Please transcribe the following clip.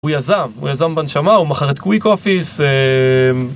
הוא יזם, הוא יזם בנשמה, הוא מכר את קוויק אופיס.